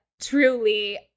Truly